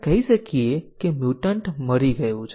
અહીં કવરેજ શું છે